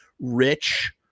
rich